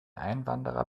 einwanderer